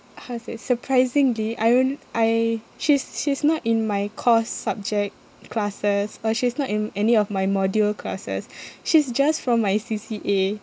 how to say surprisingly I don't I she's she's not in my course subject classes or she's not in any of my module classes she's just from my C_C_A